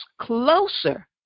closer